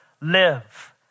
live